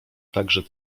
także